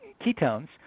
ketones